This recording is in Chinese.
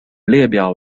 列表